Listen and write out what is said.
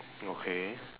okay